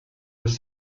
was